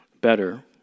better